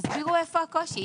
תסבירו איפה הקושי.